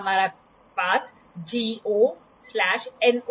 इसलिए उनका उपयोग सतहों की सीधापन सपाटता को निर्धारित करने के लिए किया जाता है